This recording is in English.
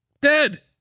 Dead